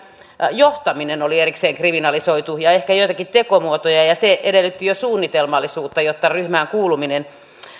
johtaminen erikseen kriminalisoitu ja ehkä joitakin tekomuotoja ja ja se edellytti jo suunnitelmallisuutta jotta ryhmään kuuluminen